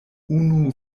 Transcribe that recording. unu